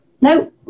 no